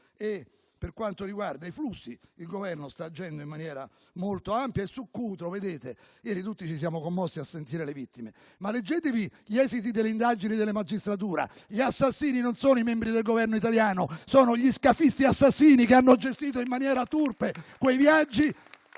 Per quanto riguarda i flussi, il Governo sta agendo in maniera molto ampia. Riguardo a Cutro, ieri tutti ci siamo commossi a sentire i nomi delle vittime, ma leggetevi gli esiti delle indagini della magistratura: gli assassini non sono i membri del Governo italiano, ma gli scafisti che hanno gestito in maniera turpe quei viaggi